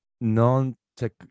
non-tech